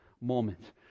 moment